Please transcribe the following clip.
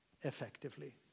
effectively